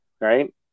Right